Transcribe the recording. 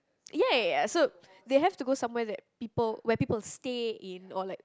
ya ya ya so they have to go somewhere that people where people stay in or like